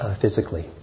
physically